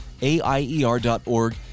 AIER.org